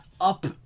up